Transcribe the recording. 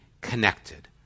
connected